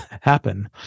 happen